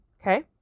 Okay